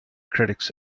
critics